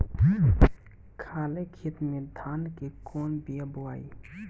खाले खेत में धान के कौन बीया बोआई?